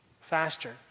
faster